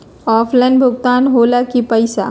Offline भुगतान हो ला कि पईसा?